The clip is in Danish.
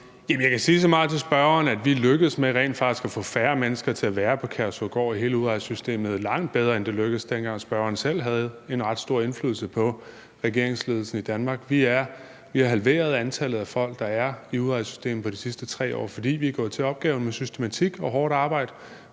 Jeg kan sige så meget til spørgeren, at vi rent faktisk er lykkedes med at få færre mennesker til at være på Kærshovedgård og i hele udrejsesystemet – langt bedre, end det lykkedes, dengang spørgeren selv havde en ret stor indflydelse på regeringsledelsen i Danmark. Vi har halveret antallet af folk, der er i udrejsesystemet, de sidste 3 år, fordi vi er gået til opgaven med systematik og hårdt arbejde